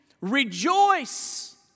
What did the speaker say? rejoice